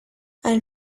ein